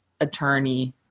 attorney